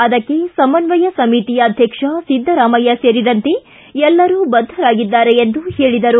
ಅದಕ್ಕೆ ಸಮನ್ವಯ ಸಮಿತಿ ಅಧ್ಯಕ್ಷ ಸಿದ್ದರಾಮಯ್ಕ ಸೇರಿದಂತೆ ಎಲ್ಲರೂ ಬದ್ದರಾಗಿದ್ದಾರೆ ಎಂದರು